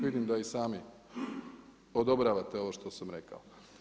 Vidim da i sami odobravate ovo što sam rekao.